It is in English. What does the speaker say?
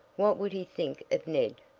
what would he think of ned?